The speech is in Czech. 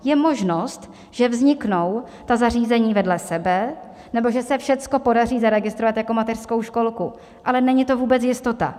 Je možnost, že vzniknou ta zařízení vedle sebe, nebo že se všechno podaří zaregistrovat jako mateřskou školku, ale není to vůbec jistota.